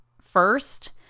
first